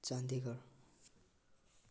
Chandigarh